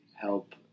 help